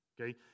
okay